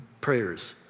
prayers